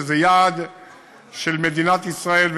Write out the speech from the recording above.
שזה יעד של מדינת ישראל,